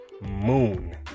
moon